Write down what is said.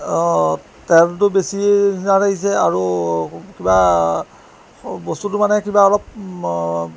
অঁ তেলটো বেছি নিচিনা লাগিছে আৰু কিবা বস্তুটো মানে কিবা অলপ